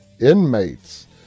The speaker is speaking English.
Inmates